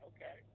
Okay